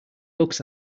looks